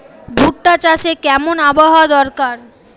ভুট্টা চাষে কেমন আবহাওয়া দরকার?